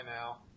now